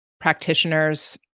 practitioners